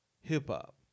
hip-hop